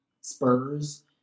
Spurs